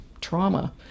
trauma